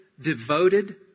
devoted